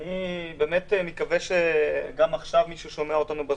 אני מקווה שגם עכשיו מישהו שומע אותנו בזום,